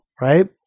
right